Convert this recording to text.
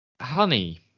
Honey